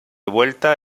vuelta